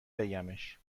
بگمش